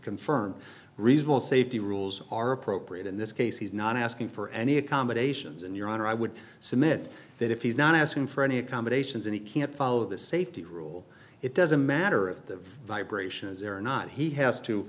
confirm reasonable safety rules are appropriate in this case he's not asking for any accommodations and your honor i would submit that if he's not asking for any accommodations and he can't follow the safety rule it doesn't matter if the vibration is there or not he has to